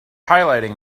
highlighting